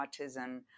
autism